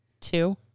two